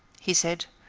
he said,